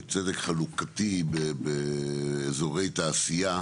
צדק חלוקתי באזורי תעשייה